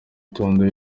tunda